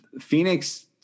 Phoenix